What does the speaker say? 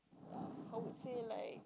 how would say like